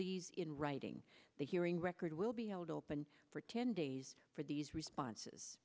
these in writing the hearing record will be held open for ten days for these responses